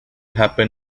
happen